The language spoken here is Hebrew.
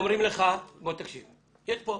אל תתפלספו.